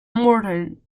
morton